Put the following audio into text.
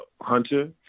Hunter